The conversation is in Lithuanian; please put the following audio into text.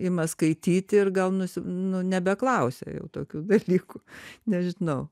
ima skaityti ir gaunasi nu nebeklausia jau tokių dalykų nežinau